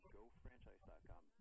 GoFranchise.com